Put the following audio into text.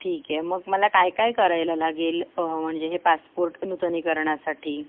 ठीक आहे मग मला काय काय करायला लागेल म्हणजे हे पासपोर्ट नूतनीकरणसाठी